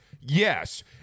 Yes